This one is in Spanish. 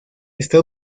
está